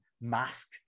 mask